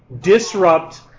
disrupt